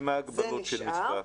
זה נשאר.